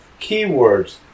keywords